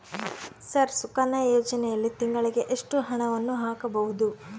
Sir Sukanya ಯೋಜನೆಯಲ್ಲಿ ತಿಂಗಳಿಗೆ ಎಷ್ಟು ಹಣವನ್ನು ಹಾಕಬಹುದು?